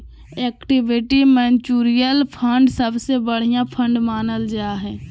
equity mutual fund सबसे बढ़िया fund मानल जा हय